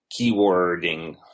keywording